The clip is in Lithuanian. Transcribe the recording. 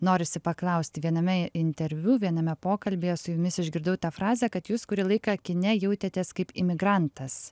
norisi paklausti viename interviu viename pokalbyje su jumis išgirdau tą frazę kad jūs kurį laiką kine jautėtės kaip imigrantas